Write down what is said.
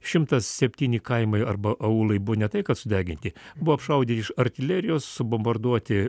šimtas septyni kaimai arba aulai buvo ne tai kad sudeginti buvo apšaudyta iš artilerijos subombarduoti